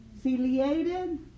ciliated